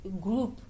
group